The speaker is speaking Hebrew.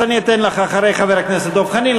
אז אני אתן לך אחרי חבר הכנסת דב חנין,